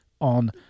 on